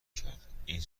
کرد، این